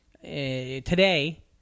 today